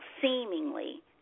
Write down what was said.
seemingly